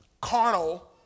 carnal